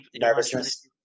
Nervousness